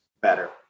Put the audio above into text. Better